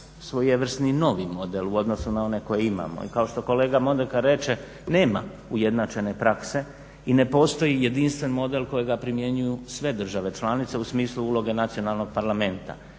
svojevrsni novi model u odnosu na one koje imamo i kao što kolega Mondekar reče, nema ujednačene prakse i ne postoji jedinstven model kojega primjenjuju sve države članice u smislu uloge nacionalnog parlamenta.